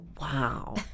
wow